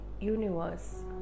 universe